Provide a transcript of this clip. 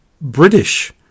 British